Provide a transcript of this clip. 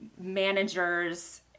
managers